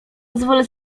pozwolę